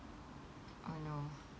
oh no